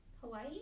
Hawaii